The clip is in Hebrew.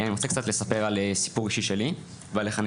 אני רוצה קצת לספר על סיפור אישי שלי ועל איך אני